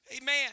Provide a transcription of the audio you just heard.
amen